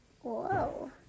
Whoa